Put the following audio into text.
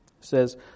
says